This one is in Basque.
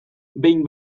behin